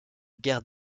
guerre